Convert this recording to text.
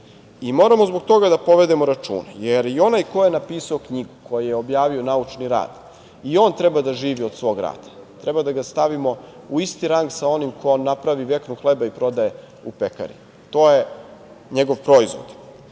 to. Moramo zbog toga da povedemo računa, jer i onaj ko je napisao knjigu, ko je objavio naučni rad i on treba da živi od svog rada, treba da ga stavimo u isti rang sa onim ko napravi veknu hleba i prodaje u pekari. To je njegov proizvod. Zato